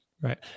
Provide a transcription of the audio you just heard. Right